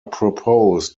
propose